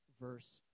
Verse